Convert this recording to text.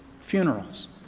funerals